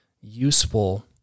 useful